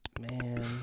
man